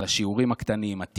על השיעורים הקטנים, הטיפים,